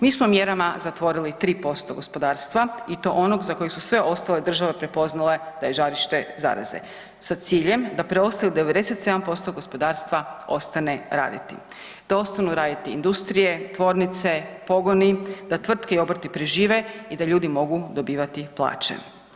Mi smo mjerama zatvorili 3% gospodarstva i to onog za kojeg su sve ostale države prepoznale da je žarište zaraze sa ciljem da preostalih 97% gospodarstva ostane raditi, da ostanu raditi industrije, tvornice, pogoni, da tvrtke i obrti prežive i da ljudi mogu dobivati plaće.